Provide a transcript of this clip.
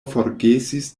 forgesis